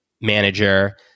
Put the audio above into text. manager